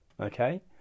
okay